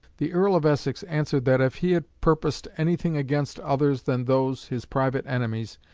the earl of essex answered that if he had purposed anything against others than those his private enemies,